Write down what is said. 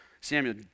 Samuel